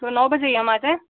तो नौ बजे ही हम आ जाएँ